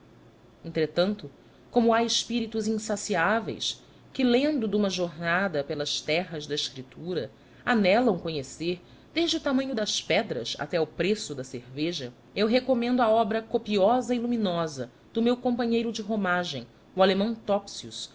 entretanto como há espíritos insaciáveis que lendo de uma jornada pelas terras da escritura anelam conhecer desde o tamanho das pedras até ao preço da cerveja eu recomendo a obra copiosa